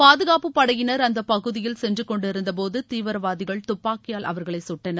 பாதுகாப்புப் படையினர் அந்த பகுதியில் சென்றுகொண்டிருந்தபோது தீவிரவாதிகள் துப்பாக்கியால் அவர்களை சுட்டனர்